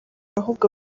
ahubwo